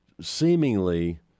seemingly